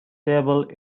table